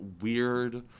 weird